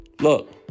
look